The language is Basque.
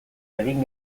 egin